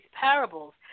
parables